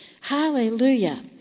Hallelujah